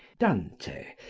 dante,